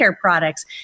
Products